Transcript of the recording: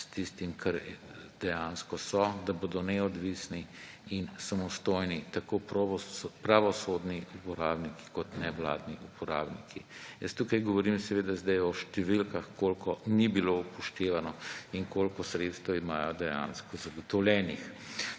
s tistim, kar dejansko so, da bodo neodvisni in samostojni tako pravosodni uporabniki kot nevladni uporabniki. Jaz tukaj govorim o številkah, koliko ni bilo upoštevano in koliko sredstev imajo dejansko zagotovljenih.